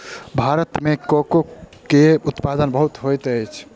भारत में कोको के उत्पादन बहुत होइत अछि